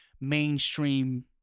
mainstream